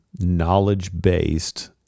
knowledge-based